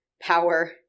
power